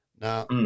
now